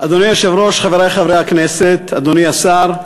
היושב-ראש, חברי חברי הכנסת, אדוני השר,